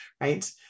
right